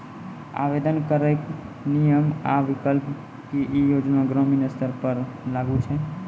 आवेदन करैक नियम आ विकल्प? की ई योजना ग्रामीण स्तर पर लागू छै?